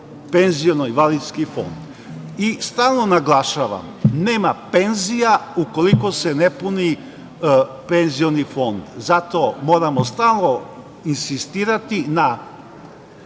Penziono-invalidski fond. Stalno naglašavam - nema penzija ukoliko se ne puni penzioni fond. Zato moramo stalno insistirati na